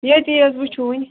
ییٚتی حظ وُچھِو ؤنۍ